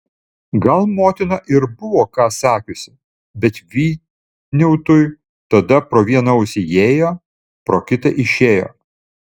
gal motina ir buvo ką sakiusi bet vyniautui tada pro vieną ausį įėjo pro kitą išėjo